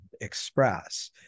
express